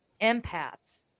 empaths